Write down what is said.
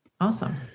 Awesome